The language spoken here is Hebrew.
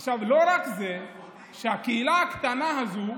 עכשיו, לא רק שהקהילה הקטנה הזו,